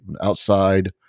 outside